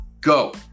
go